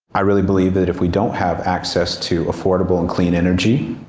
i really believe that if we don't have access to affordable and clean energy,